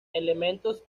elementos